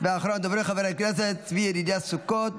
אחרון הדוברים, חבר הכנסת צבי ידידיה סוכות,